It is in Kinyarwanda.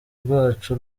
rwacu